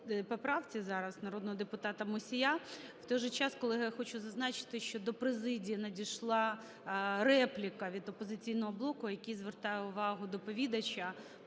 народного депутата Мусія. В той же час, колеги, я хочу зазначити, що до президії надійшла репліка від "Опозиційного блоку", який звертає увагу доповідача